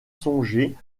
songer